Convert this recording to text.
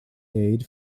aid